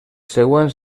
següents